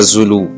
Zulu